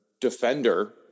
defender